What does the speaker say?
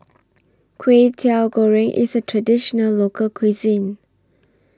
Kway Teow Goreng IS A Traditional Local Cuisine